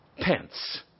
pence